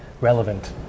relevant